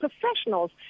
professionals